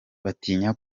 batinya